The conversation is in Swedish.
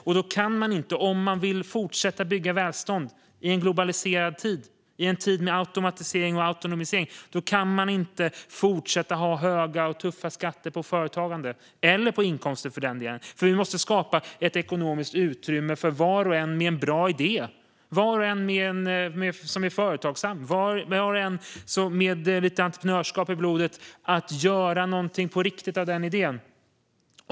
Om man vill fortsätta att bygga välstånd i en globaliserad tid med automatisering och autonomisering kan man inte fortsätta att ha höga och tuffa skatter på företagande och inkomster. Vi måste skapa ett ekonomiskt utrymme för var och en som har en bra idé och är företagsam. Var och en som har lite entreprenörskap i blodet ska kunna göra någonting på riktigt av sin idé.